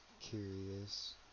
curious